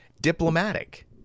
diplomatic